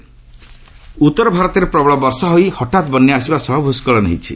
ଓ୍ବେଦର ଉତ୍ତର ଭାରତରେ ପ୍ରବଳ ବର୍ଷା ହୋଇ ହଠାତ୍ ବନ୍ୟା ଆସିବା ସହ ଭୁସ୍କଳନ ହେଉଛି